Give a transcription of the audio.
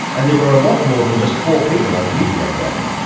and there were a lot more than just four people on duty that day.